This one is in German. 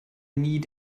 nie